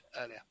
earlier